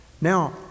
Now